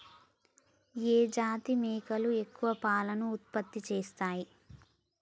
ఏ జాతి మేకలు ఎక్కువ పాలను ఉత్పత్తి చేస్తయ్?